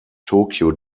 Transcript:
tokyo